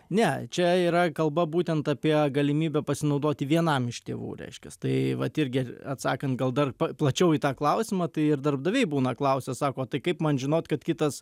ne čia yra kalba būtent apie galimybę pasinaudoti vienam iš tėvų reiškias tai vat irgi atsakant gal dar plačiau į tą klausimą tai ir darbdaviai būna klausia sako o tai kaip man žinot kad kitas